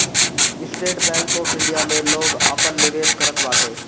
estate bank of India में लोग आपन निवेश करत बाटे